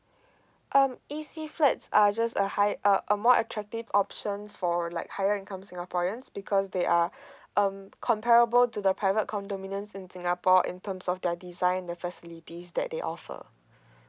um E C flats are just a high uh a more attractive option for like higher income singaporeans because they are um comparable to the private condominiums in singapore in terms of their design the facilities that they offer